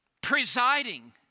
presiding